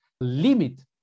limit